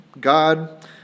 God